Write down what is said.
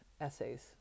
essays